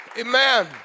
Amen